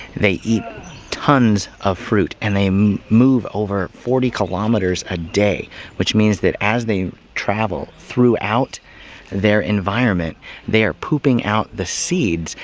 they eat tons of fruit and they um move over forty kilometers a day which means that as they travel throughout their environment they are pooping out the seeds.